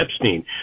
Epstein